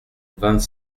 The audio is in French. vingt